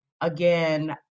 again